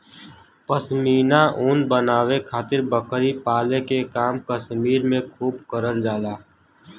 पश्मीना ऊन बनावे खातिर बकरी पाले के काम कश्मीर में खूब करल जाला